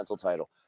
title